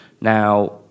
now